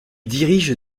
dirige